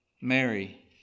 Mary